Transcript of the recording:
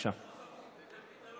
רבותיי, להלן